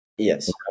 yes